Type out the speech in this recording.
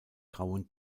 grauen